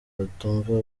batumva